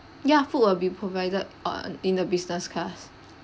ya food will be provided uh on in the business class